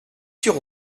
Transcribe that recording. sur